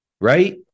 right